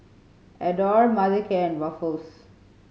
Adore Mothercare and Ruffles